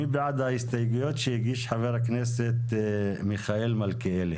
מי בעד ההסתייגויות שהגיש חבר הכנסת מיכאל מלכיאלי?